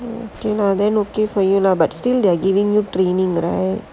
okay lah then okay for you lah but still they're giving you training right